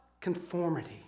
conformity